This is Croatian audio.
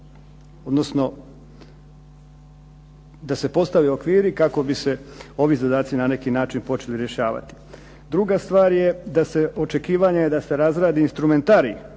odnosno da se postave okviri kako bi se ovi zadaci na neki način počeli rješavati. Druga stvar je očekivanje da se razradi instrumentarij